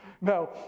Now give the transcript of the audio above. No